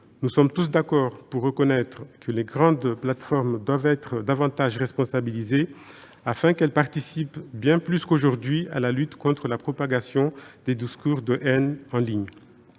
nous sommes tous d'accord pour reconnaître que les grandes plateformes doivent être davantage responsabilisées, afin qu'elles participent bien plus qu'aujourd'hui à la lutte contre la propagation des discours de haine en ligne.